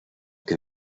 que